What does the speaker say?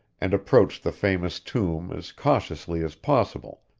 and approached the famous tomb as cautiously as possible,